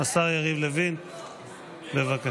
השר יריב לוין, בבקשה.